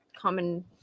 common